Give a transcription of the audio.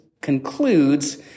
concludes